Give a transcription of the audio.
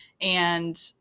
And-